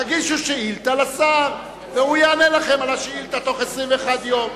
תגישו שאילתא לשר והוא יענה לכם על השאילתא תוך 21 יום.